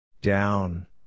Down